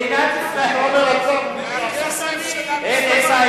דגים לא כשרים, שרימפס, פטור ממס.